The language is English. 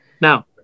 now